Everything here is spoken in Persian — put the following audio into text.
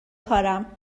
کارم